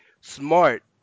smart